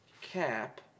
cap